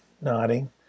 nodding